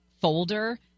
folder